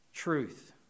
Truth